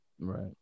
right